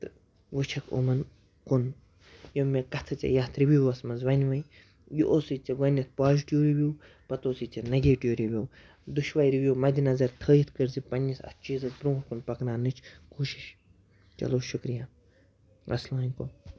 تہٕ وٕچھَکھ إمَن کُن یِم مےٚ کَتھٕ ژےٚ یَتھ رِوِوَس منٛز وَنِمَے یہِ اوسُے ژےٚ گۄڈنٮ۪تھ پازِٹِو رِوِو پَتہٕ اوسُے ژےٚ نٮ۪گیٹِو رِوِو دۄشوٕے رِوِو مدِنظر تھٲیِتھ کٔرۍزِ پنٛنِس اَتھ چیٖزَس برونٛٹھ کُن پَکناونٕچ کوٗشِش چلو شُکریہ اَسلام علیکُم